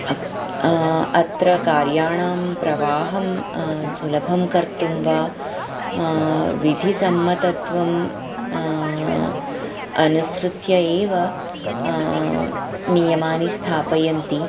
अत्र कार्याणां प्रवाहं सुलभं कर्तुं वा विधिसम्मतत्वं अनुसृत्य एव नियमानि स्थापयन्ति